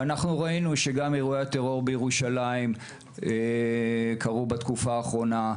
ראינו את אירועי הטרור שקרו בירושלים בתקופה האחרונה,